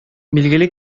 билгеле